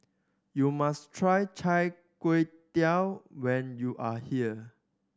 you must try Char Kway Teow when you are here